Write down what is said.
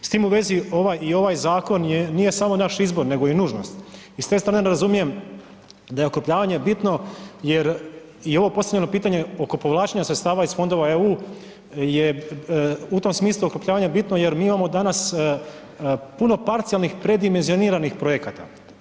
S tim u vezi i ovaj zakon nije samo naš izbor nego i nužnost i s te strane razumijem da je okrupnjavanje bitno jer je ovo postavljeno pitanje oko povlačenja sredstava iz Fondova EU, je u tom smislu okrupnjavanje bitno jer mi imamo danas puno parcijalnih predimenzioniranih projekata.